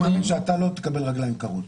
אני מאמין שאתה לא תקבל רגליים קרות.